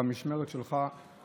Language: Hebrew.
במשמרת שלך,